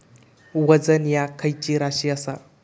वजन ह्या खैची राशी असा?